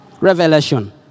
Revelation